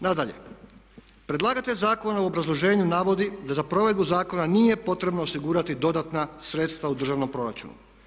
Nadalje, predlagatelj zakona u obrazloženju navodi da za provedbu zakona nije potrebno osigurati dodatna sredstva u državnom proračunu.